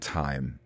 time